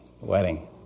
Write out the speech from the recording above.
wedding